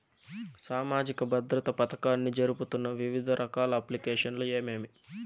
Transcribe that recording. సామాజిక భద్రత పథకాన్ని జరుపుతున్న వివిధ రకాల అప్లికేషన్లు ఏమేమి?